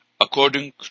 According